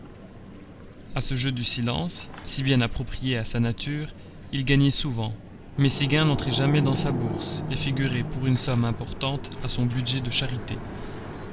a ce jeu du silence si bien approprié à sa nature il gagnait souvent mais ses gains n'entraient jamais dans sa bourse et figuraient pour une somme importante à son budget de charité